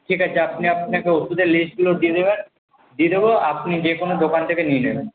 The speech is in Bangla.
ঠিক আছে আপনি আমাকে লিস্টগুলো দিয়ে দেবেন দিয়ে দেবো আপনি যেকোনো দোকান থেকে নিয়ে নেবেন